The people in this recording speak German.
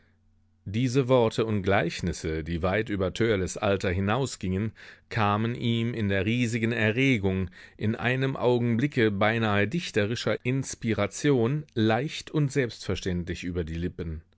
diese worte und gleichnisse die weit über törleß alter hinausgingen kamen ihm in der riesigen erregung in einem augenblicke beinahe dichterischer inspiration leicht und selbstverständlich über die lippen